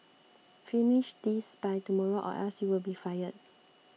finish this by tomorrow or else you'll be fired